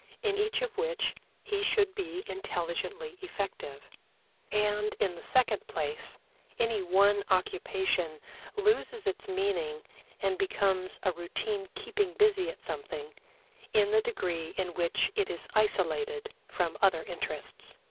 in each of which he should be intelligently effective and in the second place any one occupation loses its meaning and becomes a routine keeping busy at something in the degree in which it is isolated from other interests.